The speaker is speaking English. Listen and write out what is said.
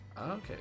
Okay